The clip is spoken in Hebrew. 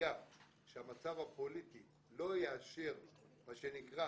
ידיעה שהמצב הפוליטי לא יאשר מה שנקרא